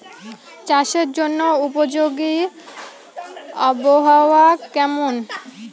চাষের জন্য উপযোগী আবহাওয়া কেমন?